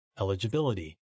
Eligibility